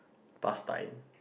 past time